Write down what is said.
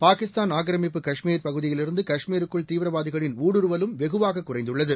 பாகிஸ்தான் ஆக்கிரமிப்பு காஷ்மீர் பகுதியிலிருந்து காஷ்மீருக்குள் தீவிரவாதிகளின் ஊருடுவலும் வெகுவாக குறைந்துள்ளது